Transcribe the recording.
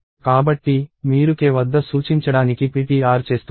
కాబట్టి మీరు k వద్ద సూచించడానికి ptr చేస్తున్నారు